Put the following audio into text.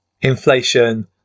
inflation